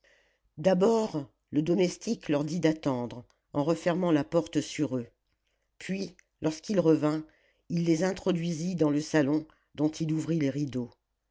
d'abord le domestique leur dit d'attendre en refermant la porte sur eux puis lorsqu'il revint il les introduisit dans le salon dont il ouvrit les rideaux